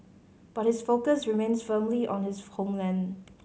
but his focus remains firmly on his homeland